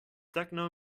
techno